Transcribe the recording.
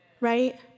right